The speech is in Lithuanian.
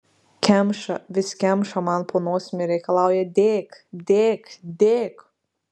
kemša vis kemša man po nosim ir reikalauja dėk dėk dėk